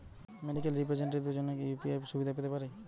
Medical রিপ্রেজন্টেটিভদের জন্য কি ইউ.পি.আই সুবিধা পেতে পারে?